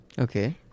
Okay